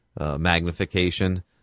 magnification